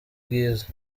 bwiza